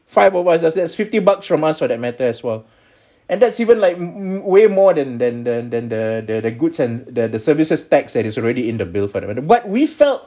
five of us that's like fifty bucks from us for that matter as well and that's even like hm way more than than than than the the goods and the the services tax that is already in the bill for that matter but we felt